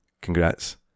Congrats